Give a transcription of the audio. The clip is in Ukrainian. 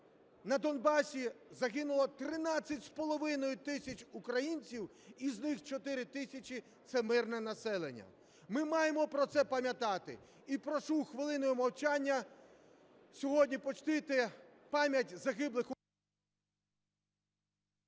на Донбасі загинуло 13,5 тисячі українців, із них 4 тисячі – це мирне населення. Ми маємо про це пам'ятати. І прошу хвилиною мовчання сьогодні почтити пам'ять загиблих…